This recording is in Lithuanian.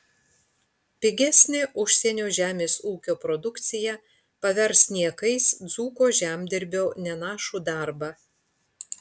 pigesnė užsienio žemės ūkio produkcija pavers niekais dzūko žemdirbio nenašų darbą